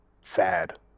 sad